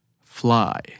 fly